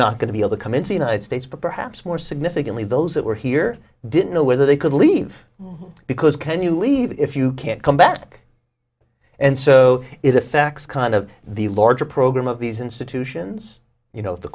not going to be able to come into the united states but perhaps more significantly those that were here didn't know whether they could leave because can you leave if you can't come back and so it affects kind of the larger program of these institutions you know the